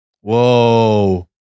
Whoa